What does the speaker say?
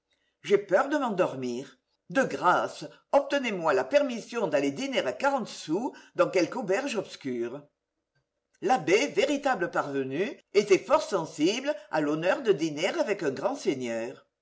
j'ai peur de m'endormir de grâce obtenez-moi la permission d'aller dîner à quarante sous dans quelque auberge obscure l'abbé véritable parvenu était fort sensible à l'honneur de dîner avec un grand seigneur